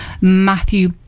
Matthew